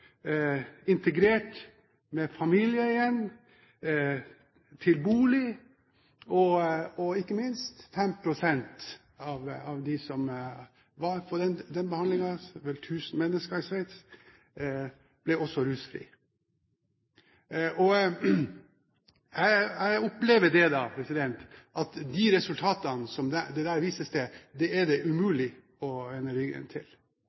integrert med familie igjen, bolig. Og ikke minst: 5 pst. av dem som fikk den behandlingen, ca. 1 000 mennesker i Sveits, ble også rusfrie. Jeg opplever at de resultatene som det der vises til, er det umulig å vende ryggen til,